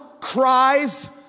cries